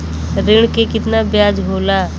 ऋण के कितना ब्याज होला?